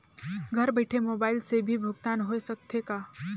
घर बइठे मोबाईल से भी भुगतान होय सकथे का?